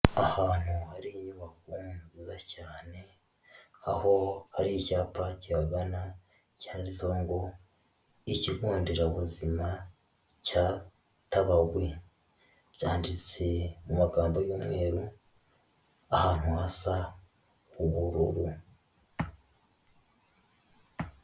Ahantu hari inyubako nziza cyane, aho hari icyapa kihagana cyanditseho ngo ikigo nderabuzima cya Tabagwe, byanditse mu magambo y'umweru, ahantu hasa ubururu.